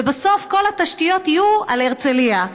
ובסוף כל התשתיות יהיו על הרצליה,